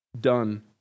done